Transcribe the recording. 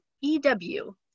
EW